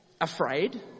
Afraid